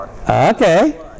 Okay